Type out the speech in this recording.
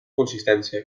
consistència